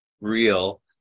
real